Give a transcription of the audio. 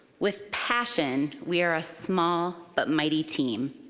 with passion, we are a small but mighty team,